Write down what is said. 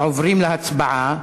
עוברים להצבעה.